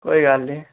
कोई गल्ल नि